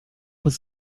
was